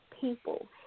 people